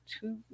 two